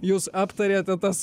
jūs aptariate tas